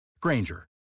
Granger